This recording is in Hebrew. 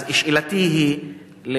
שאלתי היא: